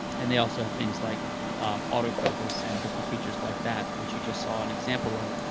and they also have things like auto focus and different features like that, which you just saw an example of,